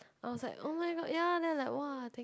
I was like oh-my-god ya then I like !wah! thank